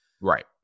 Right